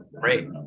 great